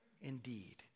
indeed